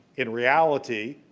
in reality,